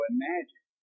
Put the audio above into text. Imagine